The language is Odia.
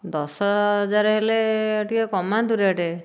ଦଶ ହଜାର ହେଲେ ଟିକିଏ କମାନ୍ତୁ ରେଟ୍